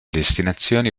destinazioni